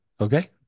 okay